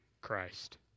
Christ